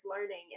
learning